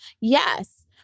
yes